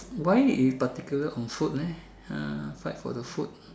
why particular on food leh fight for the food